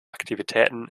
aktivitäten